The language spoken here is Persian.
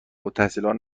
التحصیلان